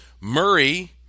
Murray